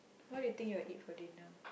what you think you'll eat for dinner